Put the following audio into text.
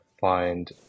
find